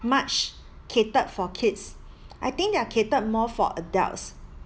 much catered for kids I think they're catered more for adults